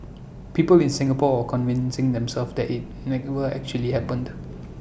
people in Singapore convincing themselves that IT actually happened